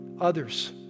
others